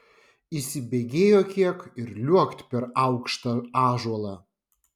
įsibėgėjo kiek ir liuokt per aukštą ąžuolą